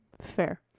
Fair